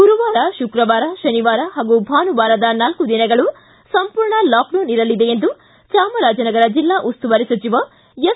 ಗುರುವಾರ ಶುಕ್ರವಾರ ಶನಿವಾರ ಹಾಗೂ ಭಾನುವಾರದ ನಾಲ್ಕು ದಿನಗಳು ಸಂಪೂರ್ಣ ಲಾಕ್ ಡೌನ್ ಇರಲಿದೆ ಎಂದು ಚಾಮರಾಜನಗರ ಜಿಲ್ಲಾ ಉಸ್ತುವಾರಿ ಸಚಿವ ಎಸ್